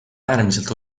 äärmiselt